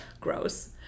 gross